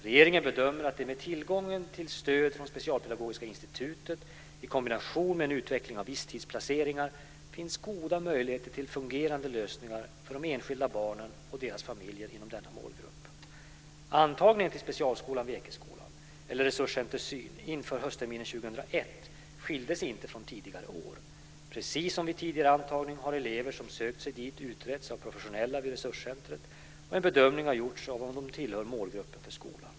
Regeringen bedömer att det med tillgången till stöd från Specialpedagogiska institutet i kombination med en utveckling av visstidsplaceringar finns goda möjligheter till fungerande lösningar för de enskilda barnen och deras familjer inom denna målgrupp. Antagningen till specialskolan vid Ekeskolan, eller Resurscenter syn, inför höstterminen 2001 skilde sig inte från tidigare år. Precis som vid tidigare antagningar har elever som sökt sig dit utretts av de professionella vid resurscentret, och en bedömning har gjorts av om de tillhört målgruppen för skolan.